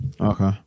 Okay